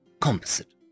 composite